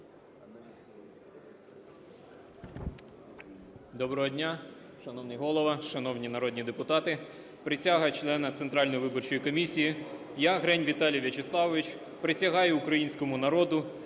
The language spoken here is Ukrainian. Доброго дня, шановний Голово, шановні народні депутати! Присяга члена Центральної виборчої комісії. Я, Грень Віталій Вячеславович, присягаю Українському народу